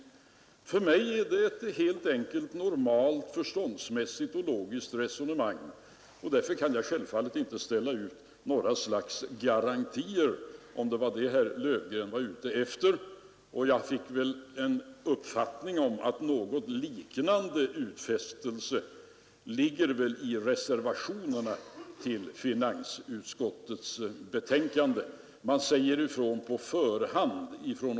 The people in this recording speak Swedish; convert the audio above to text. För mig är det helt enkelt ett normalt förståndsmässigt och logiskt resonemang. Jag kan därför självfallet inte ställa ut några slag av garantier, om det var det herr Löfgren var ute efter. Jag fick också ett intryck av att det i reservationerna till finansutskottets betänkande låg ett liknande krav.